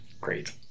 great